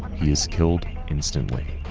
he is killed instantly.